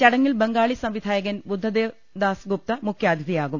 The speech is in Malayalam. ചടങ്ങിൽ ബംഗാളി സംവിധായകൻ ബുദ്ധദേവ്ദാസ് ഗുപ്ത മുഖ്യാതിഥിയാകും